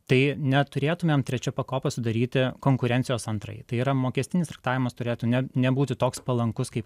tai neturėtumėm trečia pakopa sudaryti konkurencijos antrajai tai yra mokestinis traktavimas turėtų ne nebūti toks palankus kaip